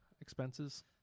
expenses